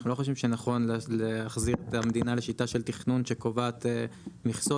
אננו לא חושבים שנכון להחזיר את המדינה לשיטה של תכנון שקובעת מכסות,